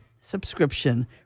subscription